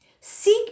seek